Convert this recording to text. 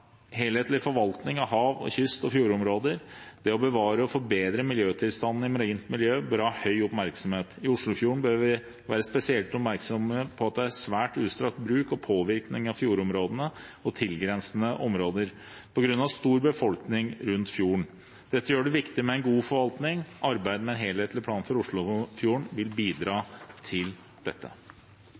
helhetlig forvaltning av hav og kyst- og fjordområder. Det å bevare og forbedre miljøtilstanden i marint miljø bør få stor oppmerksomhet. I Oslofjorden bør vi være spesielt oppmerksomme på at det er svært utstrakt bruk og påvirkning av fjordområdene og tilgrensende områder på grunn av stor befolkning rundt fjorden. Dette gjør det viktig med en god forvaltning. Arbeidet med en helhetlig plan for Oslofjorden vil bidra til dette.